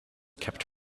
kept